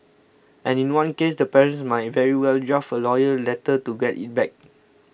and in one case the parents might very well draft a lawyer letter to get it back